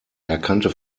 erkannte